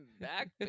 back